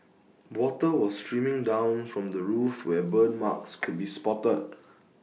water was streaming down from the roof where burn marks could be spotted